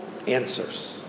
Answers